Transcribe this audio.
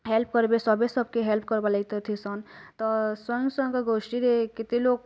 help କରବେ ସବେ ସବକେ୍ ହେଲ୍ପ କର୍ବା ଲାଗି ଥିସନ୍ ତ ସ୍ୱୟଂସହାୟକ ଗୋଷ୍ଠୀ ରେ କେତେ ଲୋକ